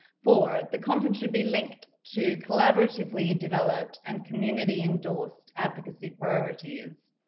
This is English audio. four the conference should be linked to collaboratively developed and community endorsed advocacy priorities.